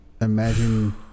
imagine